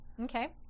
Okay